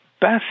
best